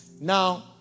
Now